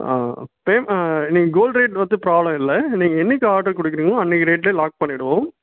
ஆ இன்னைக்கி gold rate வந்து problem இல்லை நீங்கள் என்னைக்கி ஆர்டர் கொடுக்குறீங்களோ அன்னைக்கி ரேட்லேயே லாக் பண்ணிவிடுவோம்